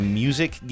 music